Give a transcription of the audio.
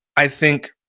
i think